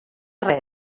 res